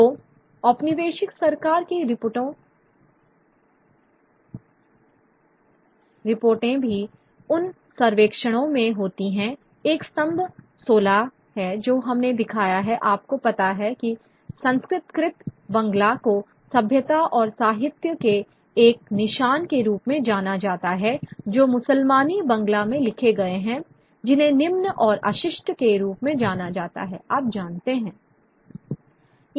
तो औपनिवेशिक सरकार की रिपोर्टें भी उन सर्वेक्षणों में होती हैं एक स्तंभ 16 है जो हमने दिखाया है आपको पता है कि संस्कृतकृत बंगला को सभ्यता और साहित्य के एक निशान के रूप में जाना जाता है जो मुसलमानी बांग्ला में लिखे गए हैं जिन्हें निम्न और अशिष्ट के रूप में जाना जाता है आप जानते हैं